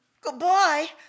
Goodbye